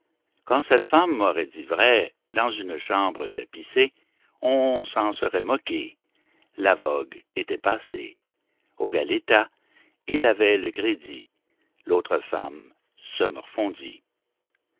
quand cette femme aurait dit vrai dans une chambre tapissée on s'en serait moqué la vogue était passée au galetas il avait le crédit l'autre femme se morfondit